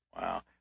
Wow